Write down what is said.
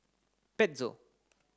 pezzo